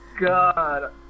God